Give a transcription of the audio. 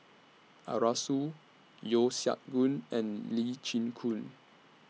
Arasu Yeo Siak Goon and Lee Chin Koon